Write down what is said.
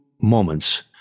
moments